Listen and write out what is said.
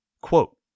Quote